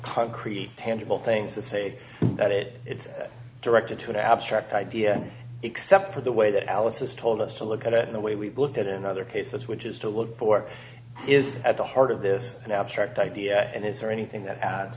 concrete tangible things to say that it it's directed to an abstract idea except for the way that alice has told us to look at it in a way we've looked at in other cases which is to look for is at the heart of this an abstract idea and is there anything that